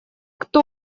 кто